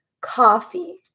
coffee